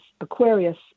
Aquarius